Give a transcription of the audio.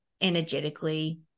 energetically